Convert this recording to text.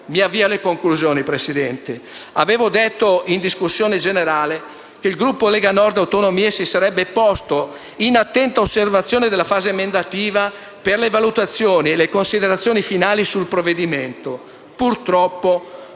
Mi avvio alle conclusioni, Presidente. Avevo detto in discussione generale che il Gruppo Lega Nord-Autonomie si sarebbe posto in attenta osservazione della fase emendativa per le valutazioni e le considerazioni finali sul provvedimento. Purtroppo,